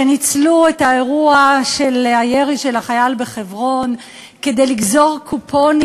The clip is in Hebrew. שניצלו את האירוע של הירי של החייל בחברון כדי לגזור קופונים